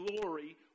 glory